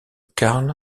carl